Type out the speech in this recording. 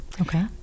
Okay